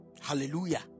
Hallelujah